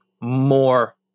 more